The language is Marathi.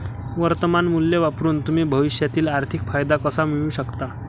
वर्तमान मूल्य वापरून तुम्ही भविष्यातील आर्थिक फायदा कसा मिळवू शकता?